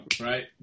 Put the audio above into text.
Right